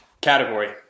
Category